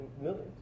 Millions